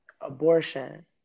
abortion